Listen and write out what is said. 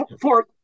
Fourth